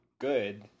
good